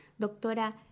doctora